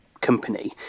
company